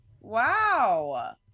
Wow